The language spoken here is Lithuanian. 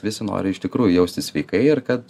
visi nori iš tikrųjų jaustis sveikai ir kad